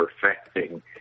perfecting